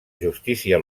justícia